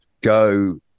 go